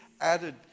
added